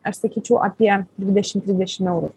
aš sakyčiau apie dvidešim trisdešim eurų